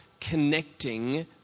connecting